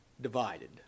divided